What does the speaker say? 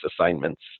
assignments